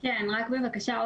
בבקשה,